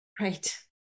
Right